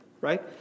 Right